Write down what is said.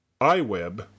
iWeb